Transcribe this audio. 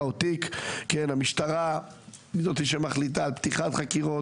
או תיק" המשטרה היא זו שמחליטה על פתיחת חקירות,